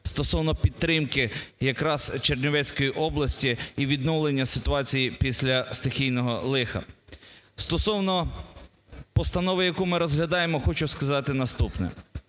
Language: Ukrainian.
стосовно підтримки якраз Чернівецької області і відновлення ситуації після стихійного лиха. Стосовно постанови, яку ми розглядаємо, хочу сказати наступне.